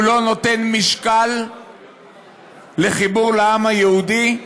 הוא לא נותן משקל לחיבור לעם היהודי,